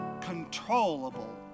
controllable